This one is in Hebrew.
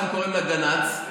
היום קוראים לה גנ"צ.